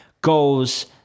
goals